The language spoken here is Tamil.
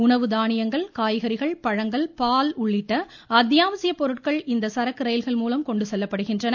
உணவு தானியங்கள் காய்கறிகள் பழங்கள் பால் உள்ளிட்ட அத்தியாவசியப் பொருட்கள் இந்த சரக்கு ரயில்கள் மூலம் கொண்டு செல்லப்படுகின்றன